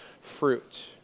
fruit